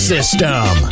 System